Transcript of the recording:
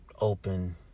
open